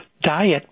diet